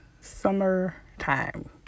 summertime